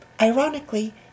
Ironically